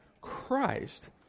Christ